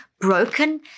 broken